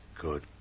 good